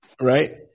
right